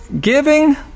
giving